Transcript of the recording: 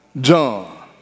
John